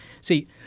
See